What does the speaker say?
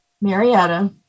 Marietta